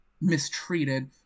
mistreated